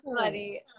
funny